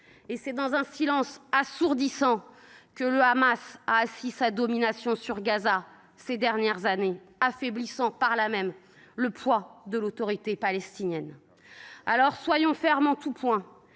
C’est dans un silence assourdissant que le Hamas a assis sa domination sur Gaza au cours de ces dernières années, affaiblissant par là même le poids de l’Autorité palestinienne. Alors, soyons fermes en tout point,